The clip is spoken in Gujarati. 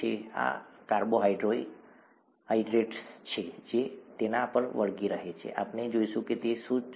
અને આ કાર્બોહાઇડ્રેટ્સ છે જે તેના પર વળગી રહે છે આપણે જોઈશું કે તે શું છે